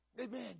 Amen